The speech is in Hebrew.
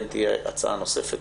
כן תהיה הצעה נוספת,